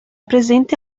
presente